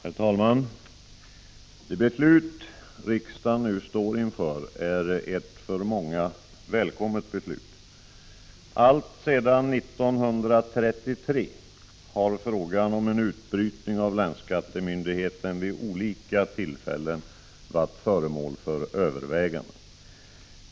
Herr talman! Det beslut som riksdagen nu står inför är ett för många välkommet beslut. Alltsedan 1933 har frågan om en utbrytning av länsskattemyndigheten vid olika tillfällen varit föremål för överväganden.